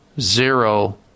zero